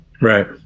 Right